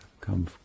come